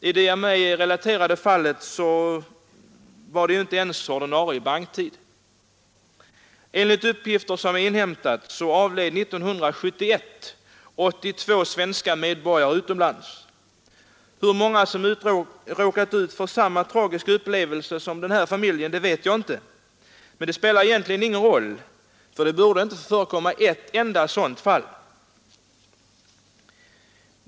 I det här relaterade fallet var det inte ens ordinarie banktid. Enligt uppgifter som jag inhämtat avled 82 svenska medborgare utomlands under 1971. Hur många anhöriga som råkade ut för samma tragiska upplevelser som den här omtalade familjen vet jag inte, men det spelar egentligen ingen roll, ty det borde inte förekomma ett enda sådant fall.